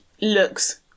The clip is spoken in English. looks